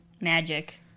magic